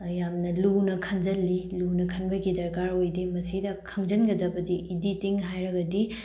ꯌꯥꯝꯅ ꯂꯨꯅ ꯈꯟꯖꯤꯜꯂꯤ ꯂꯨꯅ ꯈꯟꯕꯒꯤ ꯗꯔꯀꯥꯔ ꯑꯣꯏꯗꯦ ꯃꯁꯤꯗ ꯈꯪꯖꯤꯟꯒꯗꯕꯗꯤ ꯏꯗꯤꯇꯤꯡ ꯍꯥꯏꯔꯒꯗꯤ